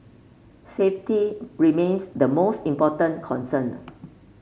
safety remains the most important concern